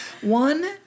one